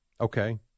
Okay